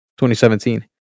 2017